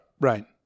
right